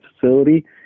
facility